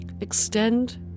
extend